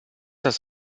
das